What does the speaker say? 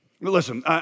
Listen